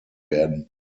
werden